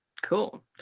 cool